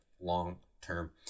long-term